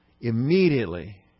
Immediately